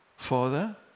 Father